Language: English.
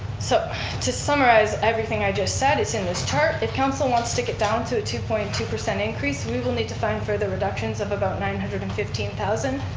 so to summarize everything i just said, it's in this chart. if council wants to get down to a two point two increase, we will need to find further reductions of about nine hundred and fifteen thousand.